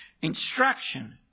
instruction